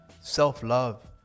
self-love